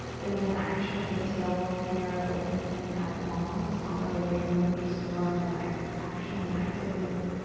there's an action of the tailbone here, lengthening out long. it's not really a big move, just more of an an action, activity.